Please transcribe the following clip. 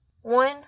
One